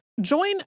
Join